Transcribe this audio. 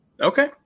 Okay